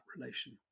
relation